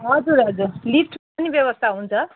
हजुर हजुर लिफ्ट पनि व्यवस्था हुन्छ